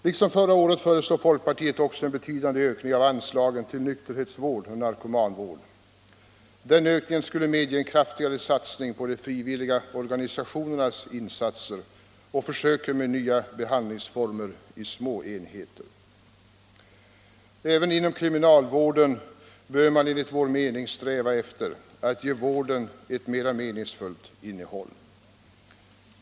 Liksom förra året föreslår folkpartiet också en betydande ökning av anslagen till nykterhetsvård och narkomanvård. Den ökningen skulle medge en kraftigare satsning på de frivilliga organisationernas insatser och på försöken med nya behandlingsformer i små enheter. Även inom kriminalvården bör man enligt vår mening sträva efter att ge vården ett mera meningsfullt innehåll.